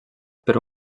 per